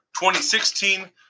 2016